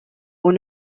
aux